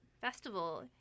festival